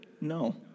No